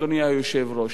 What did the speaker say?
אדוני היושב-ראש.